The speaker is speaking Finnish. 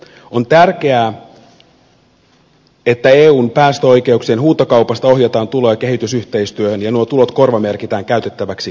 on tärkeää että eun päästöoikeuksien huutokaupasta ohjataan tuloja kehitysyhteistyöhön ja nuo tulot korvamerkitään käytettäväksi nimenomaan kehitysyhteistyöhön